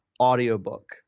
audiobook